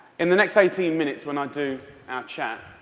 in the next eighteen minutes when i do our chat,